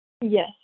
Yes